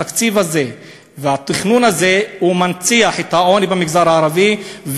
התקציב הזה והתכנון הזה מנציח את העוני במגזר הערבי,